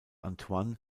antoine